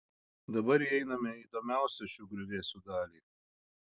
dabar įeiname į įdomiausią šių griuvėsių dalį